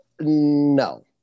No